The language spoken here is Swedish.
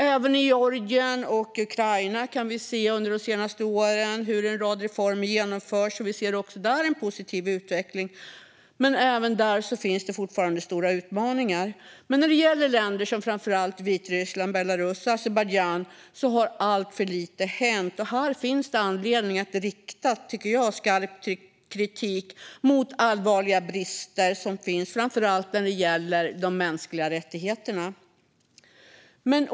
Även i Georgien och Ukraina har vi under de senaste åren kunnat se att en rad reformer genomförts. Vi ser också där en positiv utveckling, men även där finns det fortfarande stora utmaningar. När det gäller länder som framför allt Vitryssland, Belarus, och Azerbajdzjan har alltför lite hänt. Här tycker jag att det finns anledning att rikta skarp kritik mot allvarliga brister som finns, framför allt när det gäller de mänskliga rättigheterna.